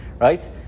right